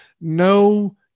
No